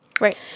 Right